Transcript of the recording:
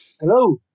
Hello